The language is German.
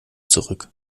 zurück